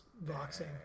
boxing